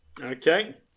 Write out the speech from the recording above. okay